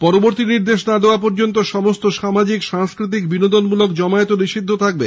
পরবর্তী নির্দেশ না দেওয়া পর্যন্ত সমস্ত সামাজিক সাংস্কৃতিক বিনোদনমূলক জমায়েতও নিষিদ্ধ থাকবে